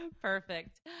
perfect